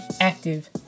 active